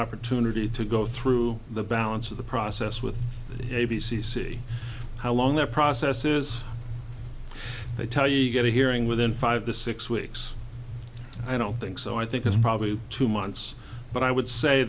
opportunity to go through the balance of the process with a b c see how long that process is they tell you get a hearing within five to six weeks i don't think so i think it's probably two months but i would say